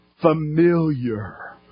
familiar